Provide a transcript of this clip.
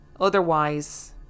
Otherwise